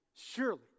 Surely